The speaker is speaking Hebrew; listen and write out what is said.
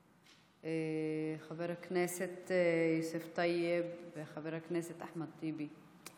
חבר הכנסת יוסף טייב וחבר הכנסת אחמד טיבי,